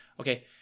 Okay